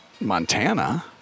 Montana